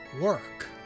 work